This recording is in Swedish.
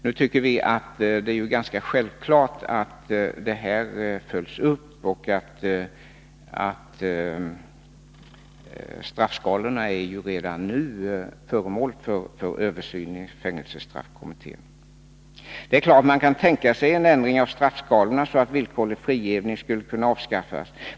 Vi tycker att det är ganska självklart att det hela följs upp, och straffskalorna är redan nu föremål för översyn i fängelsestraffkommittén. Det är klart att man kan tänka sig en ändring av straffskalorna, så att villkorlig frigivning skulle kunna avskaffas.